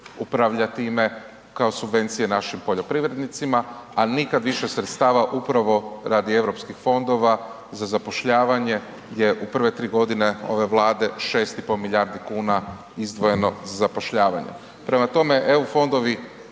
upravlja time kao subvencije našim poljoprivrednicima, a nikad više sredstava upravo radi Europskih fondova za zapošljavanje je u prve 3.g. ove Vlade 6,5 milijardi kuna izdvojeno za zapošljavanje. Prema tome, EU fondovi